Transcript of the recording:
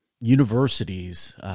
universities –